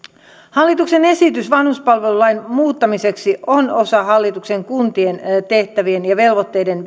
hallituksen esitys vanhuspalvelulain muuttamiseksi on osa hallituksen kuntien tehtävien ja velvoitteiden